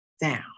down